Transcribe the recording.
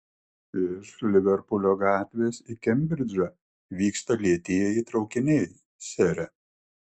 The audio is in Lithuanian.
iš liverpulio gatvės į kembridžą vyksta lėtieji traukiniai sere